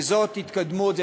וזאת התקדמות,